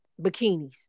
bikinis